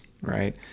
right